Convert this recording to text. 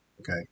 Okay